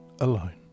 alone